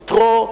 יתרו,